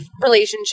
relationship